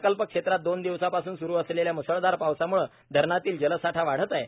प्रकल्प क्षेत्रात दोन दिवसांपासून सुरु असलेल्या मुसळधार पावसामुळे धरणातील जलसाठा वाढत आहे